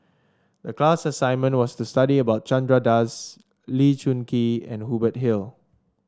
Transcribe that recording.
a class assignment was to study about Chandra Das Lee Choon Kee and Hubert Hill